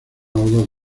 dos